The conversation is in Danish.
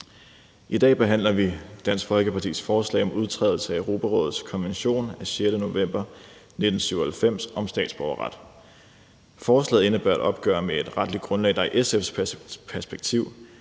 I dag behandler vi Dansk Folkepartis forslag om en udtrædelse af Europarådets konvention af 6. november 1997 om statsborgerret. Forslaget indebærer et opgør med et retligt grundlag, der i SF's perspektiv